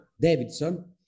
Davidson